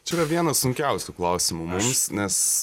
čia yra vienas sunkiausių klausimų mums nes